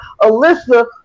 alyssa